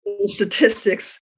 statistics